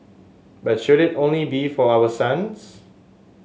but should it only be for our sons